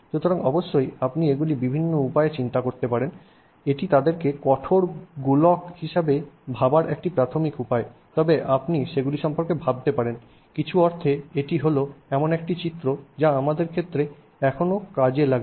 সুতরাং অবশ্যই আপনি এগুলি বিভিন্ন উপায়ে চিন্তা করতে পারেন এটি তাদেরকে কঠোর গোলক হিসাবে ভাবার একটি প্রাথমিক উপায় তবে আপনি সেগুলি সম্পর্কে ভাবতে পারেন কিছু অর্থে এটি হলো এমন একটি চিত্র যা আমাদের ক্ষেত্রে এখনো কাজে লাগে